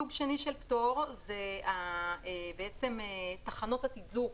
סוג שני של פטור זה תחנות התדלוק